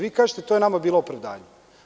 Vi kažete da je to nama bilo pravdanje.